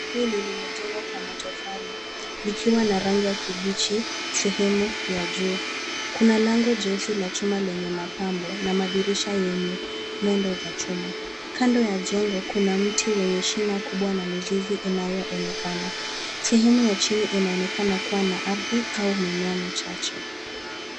Hili limejengwa kwa matofali likiwa na rangi ya kibichi sehemu ya juu. Kuna lango jeusi la chuma lenye mapambo na madirisha yenye nundo za chuma. Kando ya jengo kuna mti wenye shina kubwa na mizizi inayoonekana, sehemu ya chini inaonekana kuwa na ardhi au mimea michache.